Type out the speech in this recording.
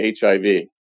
HIV